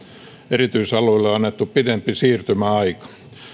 erityisalueille on annettu pidempi siirtymäaika